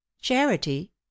charity